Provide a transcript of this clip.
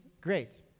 Great